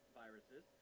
viruses